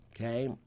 okay